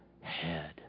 head